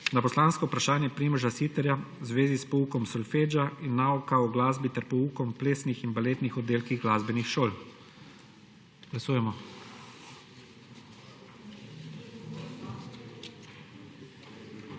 na poslansko vprašanje Primoža Siterja v zvezi s poukom solfeggia in nauka o glasbi ter poukom v plesnih in baletnih oddelkih glasbenih šol. Glasujemo.